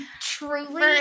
Truly